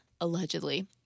allegedly